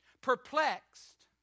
Perplexed